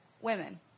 Women